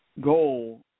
goal